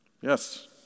Yes